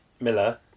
Miller